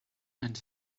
and